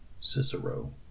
Cicero